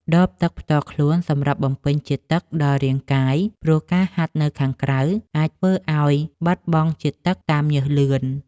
ដបទឹកផ្ទាល់ខ្លួនសម្រាប់បំពេញជាតិទឹកដល់រាងកាយ ព្រោះការហាត់នៅខាងក្រៅអាចធ្វើឱ្យបាត់បង់ជាតិទឹកតាមញើសលឿន។